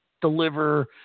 deliver